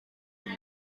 این